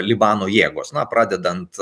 libano jėgos na pradedant